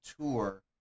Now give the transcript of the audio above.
tour